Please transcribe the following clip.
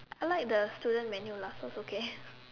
I like the student menu lah so it's okay